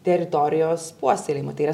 teritorijos puoselėjimą tai yra